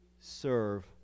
serve